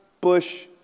bush